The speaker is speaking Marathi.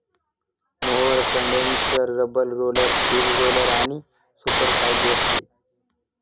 mower condenser rubber roller, steel roller आणि सूपसारखे असते